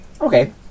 Okay